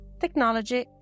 technology